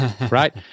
right